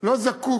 לא זקוק